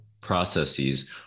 processes